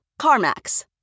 CarMax